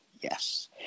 yes